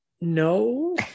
No